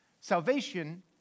Salvation